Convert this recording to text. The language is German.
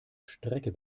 strecke